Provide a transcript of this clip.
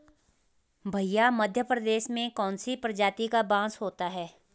भैया मध्य प्रदेश में कौन सी प्रजाति का बांस होता है?